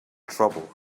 trouble